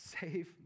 save